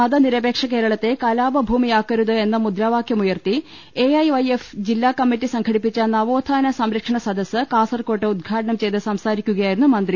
മതനിരപേക്ഷ കേരളത്തെ കലാപഭൂമിയാക്കരു ത് എന്ന മുദ്രാവാക്യമുയർത്തി എ ഐ വൈ എഫ് ജില്ലാകമ്മറ്റി സംഘടിപ്പിച്ച നവോ ത്ഥാന സംരക്ഷണ സദസ്സ് കാസർകോട്ട് ഉദ്ഘാടനം ചെയ്ത് സംസാരിക്കുകയായിരുന്നു മന്ത്രി